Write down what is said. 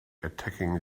attacking